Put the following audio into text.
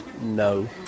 No